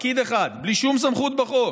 פקיד אחד, בלי שום סמכות בחוק,